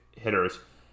hitters